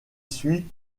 suit